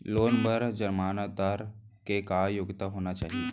Loan बर जमानतदार के का योग्यता होना चाही?